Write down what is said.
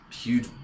huge